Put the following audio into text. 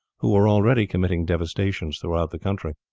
who were already committing devastations throughout the country.